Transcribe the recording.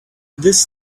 this